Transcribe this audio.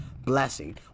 blessing